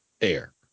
air